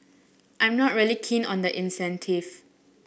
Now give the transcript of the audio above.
I'm not really keen on the incentive